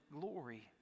glory